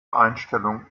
einstellung